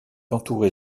entouré